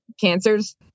Cancer's